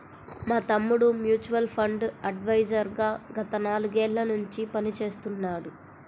మా తమ్ముడు mutual fund adviser గా గత నాలుగేళ్ళ నుంచి పనిచేస్తున్నాడు